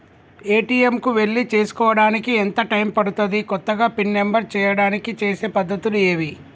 ATM కు వెళ్లి చేసుకోవడానికి ఎంత టైం పడుతది? కొత్తగా పిన్ నంబర్ చేయడానికి చేసే పద్ధతులు ఏవి?